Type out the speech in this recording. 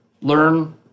learn